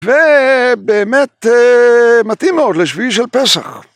‫ובאמת מתאים מאוד לשבילי של פסח.